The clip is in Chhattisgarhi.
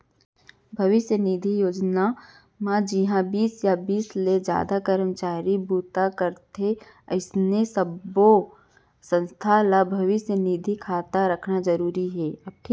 भविस्य निधि योजना म जिंहा बीस या बीस ले जादा करमचारी बूता करथे अइसन सब्बो संस्था ल भविस्य निधि खाता रखना जरूरी हे